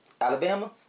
Alabama